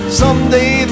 someday